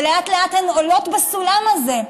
ולאט-לאט הן עולות בסולם הזה.